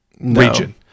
region